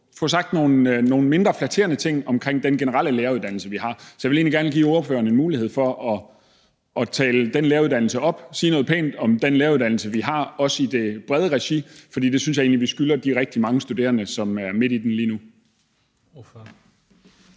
få sagt nogle mindre flatterende ting om den generelle læreruddannelse, vi har. Så jeg vil egentlig gerne give ordføreren en mulighed for at tale den læreruddannelse op og sige noget pænt om den læreruddannelse, vi har, også i det brede regi. For det synes jeg egentlig vi skylder de rigtig mange studerende, som er midt den lige nu.